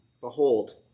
Behold